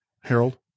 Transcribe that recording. harold